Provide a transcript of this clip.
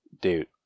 Dude